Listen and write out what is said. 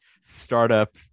startup